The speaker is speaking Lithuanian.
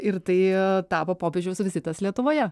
ir tai tapo popiežiaus vizitas lietuvoje